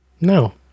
No